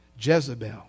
Jezebel